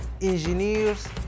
engineers